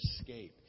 escape